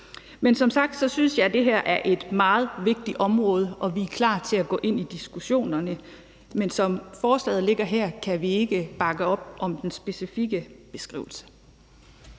Som sagt synes jeg, at det her er et meget vigtigt område, og vi er klar til at gå ind i diskussionerne, men som forslaget ligger her, kan vi ikke bakke op om den specifikke beskrivelse.